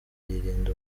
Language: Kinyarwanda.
yirinda